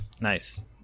Nice